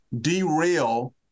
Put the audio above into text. derail